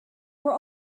were